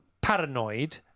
paranoid